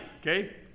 Okay